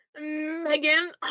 Megan